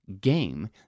game